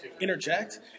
interject